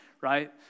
right